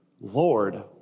lord